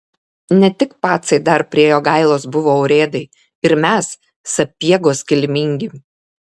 ne tik pacai dar prie jogailos buvo urėdai ir mes sapiegos kilmingi